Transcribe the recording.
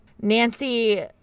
Nancy